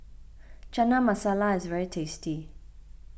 Chana Masala is very tasty